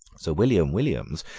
sir william williams,